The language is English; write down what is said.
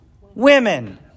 women